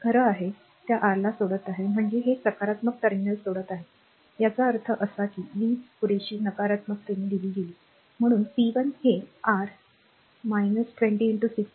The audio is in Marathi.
हे खरंच त्या r ला सोडत आहे म्हणजे हे सकारात्मक टर्मिनल सोडत आहेयाचा अर्थ असा की वीज पुरेशी नकारात्मकतेने दिली गेली म्हणून p 1 हे r 20 6